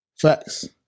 Facts